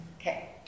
Okay